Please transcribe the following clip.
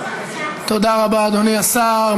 תודה רבה, אדוני השר.